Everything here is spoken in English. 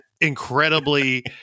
incredibly